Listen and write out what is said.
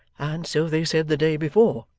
and so they said the day before.